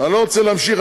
אני לא רוצה להמשיך.